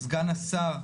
סגן השר,